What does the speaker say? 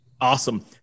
Awesome